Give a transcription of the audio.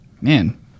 man